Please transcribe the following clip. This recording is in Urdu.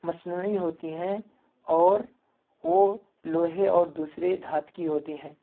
مصنوعی ہوتی ہیں اور وہ لوہے اور دوسرے دھات کی ہوتی ہیں